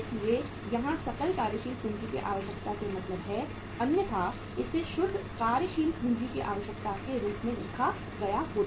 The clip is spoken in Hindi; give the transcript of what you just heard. इसलिए यहां सकल कार्यशील पूंजी की आवश्यकता से मतलब है अन्यथा इसे शुद्ध कार्यशील पूंजी की आवश्यकता के रूप में लिखा गया होता